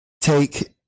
take